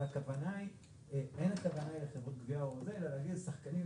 אבל אין הכוונה היא לחברות גבייה אלא להגיד שחקנים,